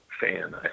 fan